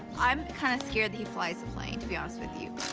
i'm kind of scared that he flies a plane to be honest with you.